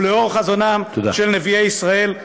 ולאור חזונם של נביאי ישראל.